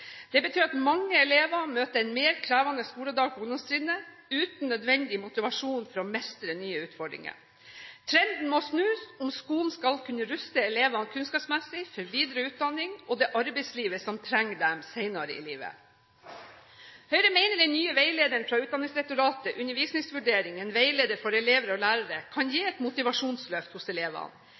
Det betyr at mange elever møter en mer krevende skoledag på ungdomstrinnet uten nødvendig motivasjon for å mestre nye utfordringer. Denne trenden må snus om skolen skal kunne ruste elevene kunnskapsmessig for videre utdanning og det arbeidslivet som trenger dem senere i livet. Høyre mener den nye veilederen fra Utdanningsdirektoratet, «Undervisningsvurdering – en veileder for elever og lærere», kan gi et motivasjonsløft hos elevene.